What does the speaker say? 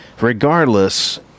regardless